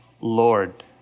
Lord